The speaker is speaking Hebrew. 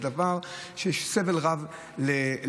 זה דבר שגורם סבל רב לנוסעים.